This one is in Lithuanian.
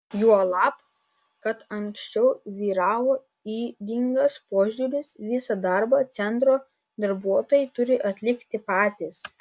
juolab kad anksčiau vyravo ydingas požiūris visą darbą centro darbuotojai turi atlikti patys